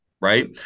Right